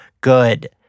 good